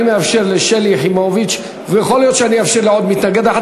אני מאפשר לשלי יחימוביץ ויכול להיות שאני אאפשר לעוד מתנגד אחד,